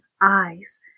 eyes